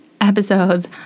episodes